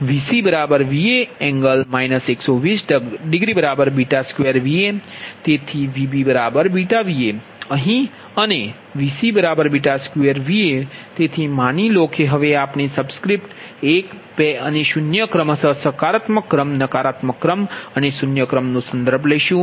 તેથી VbβVa અહીં અને Vc2Va હવે માની લો કે હવે આપણે સબસ્ક્રિપ્ટ 1 2 અને 0 ક્રમશ સકારાત્મક ક્રમ નકારાત્મક ક્રમ અને 0 ક્રમનો સંદર્ભ લઈશું